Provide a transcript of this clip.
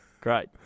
Great